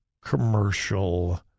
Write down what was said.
commercial